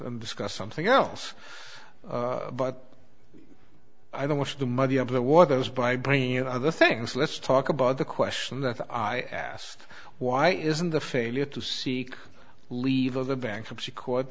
and discuss something else but i don't watch the muddier the waters by brain and other things let's talk about the question that i asked why isn't the failure to seek leave of the bankruptcy court